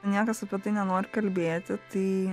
niekas apie tai nenori kalbėti tai